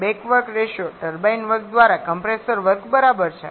back work ratio turbine work દ્વારા compressor work બરાબર છે